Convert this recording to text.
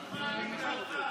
בגללך.